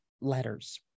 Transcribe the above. letters